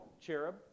cherub